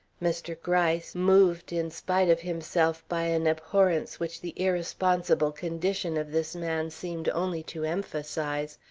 mr. gryce, moved in spite of himself by an abhorrence which the irresponsible condition of this man seemed only to emphasize,